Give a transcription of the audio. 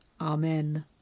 Amen